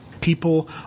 People